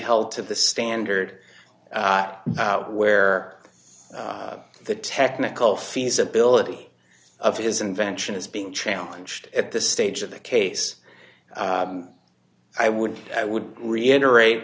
held to the standard where the technical feasibility of his invention is being challenged at this stage of the case i would i would reiterate